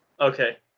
Okay